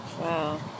Wow